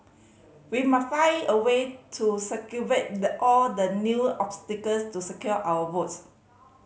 we must find a way to circumvent the all the new obstacles to secure our votes